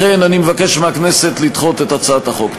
לכן אני מבקש מהכנסת לדחות את הצעת החוק.